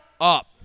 up